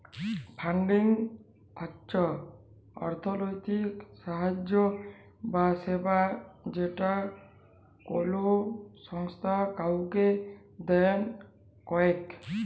funding হচ্ছ অর্থলৈতিক সাহায্য বা সেবা যেটা কোলো সংস্থা কাওকে দেন করেক